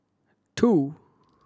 two